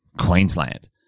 Queensland